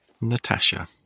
Natasha